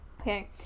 Okay